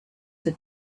had